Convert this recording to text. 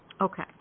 Okay